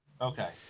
Okay